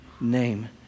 name